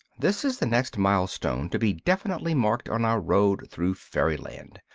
this is the next milestone to be definitely marked on our road through fairyland.